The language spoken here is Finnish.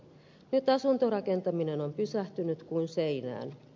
nyt asuntorakentaminen on pysähtynyt kuin seinään